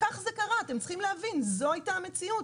כך זה קרה, אתם צריכים להבין, זו הייתה המציאות.